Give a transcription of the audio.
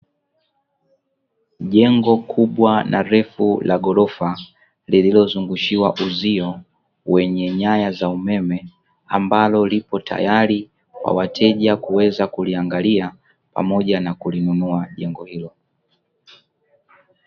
Jengo kubwa na refu la gorofa lililozungushiwa uzio wenye nyaya za umeme, ambalo lipo tayari kwa wateja kuweza kuliangalia pamoja na kulinunua jengo hilo.